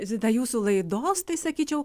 zita jūsų laidos tai sakyčiau